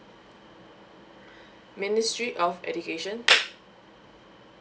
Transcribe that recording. ministry of education